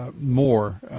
more